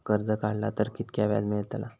कर्ज काडला तर कीतक्या व्याज मेळतला?